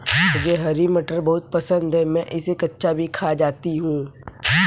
मुझे हरी मटर बहुत पसंद है मैं इसे कच्चा भी खा जाती हूं